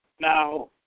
Now